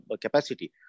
capacity